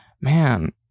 man